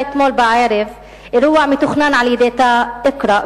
אתמול בערב אירוע מתוכנן על-ידי תא "אקראא",